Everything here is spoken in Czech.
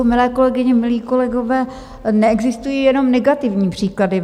Milé kolegyně, milí kolegové, neexistují jenom negativní příklady.